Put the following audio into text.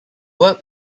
work